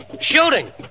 Shooting